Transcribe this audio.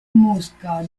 mosca